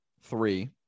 three